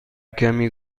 کمی